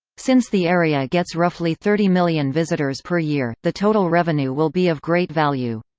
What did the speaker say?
since the area gets roughly thirty million visitors per year, the total revenue will be of great value.